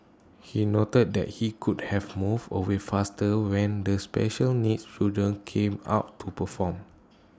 he noted that he could have moved away faster when the special needs children came out to perform